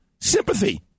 sympathy